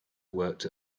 worked